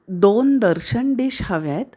दोन दर्शन डिश हव्या आहेत